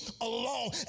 alone